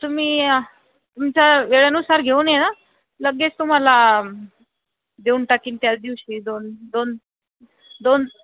तुम्ही तुमच्या वेळेनुसार घेऊन या ना लगेच तुम्हाला देऊन टाकेन त्याच दिवशी दोन दोन दोन